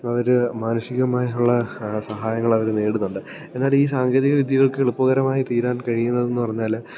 വളരെ മാനുഷികമായുള്ള സഹായങ്ങളവർ നേടുന്നുണ്ട് എന്നാൽ ഈ സാങ്കേതികവിദ്യകളൊക്കെ എളുപ്പകരമായിത്തീരാൻ കഴിയുന്നതെന്ന് പറഞ്ഞാൽ